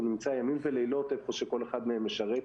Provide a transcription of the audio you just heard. הוא נמצא ימים ולילות איפה שכל אחד מהם משרת.